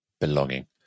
belonging